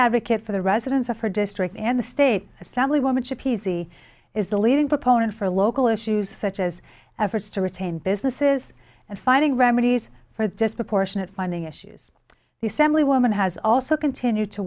advocate for the residents of her district and the state assemblywoman chip easy is the leading proponent for local issues such as efforts to retain businesses and finding remedies for the disproportionate funding issues the family woman has also continued to